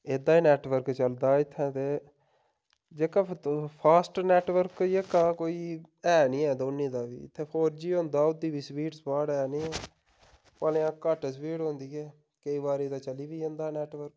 एह्दा नेटवर्क चलदा इत्थैं ते जेह्का फास्ट नेटवर्क जेह्का कोई ऐ नी ऐ दोनी दा बी इत्थैं फोर जी होंदा ओह्दी बी स्पीड स्पाड ऐ नी ऐ भलेआं घट्ट स्पीड होंदी ऐ केईं बारी तां चली बी जंदा नेटवर्क